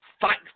Fight